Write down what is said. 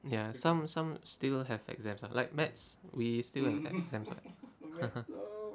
ya some some still have exams like math we still have exam ah